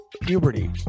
puberty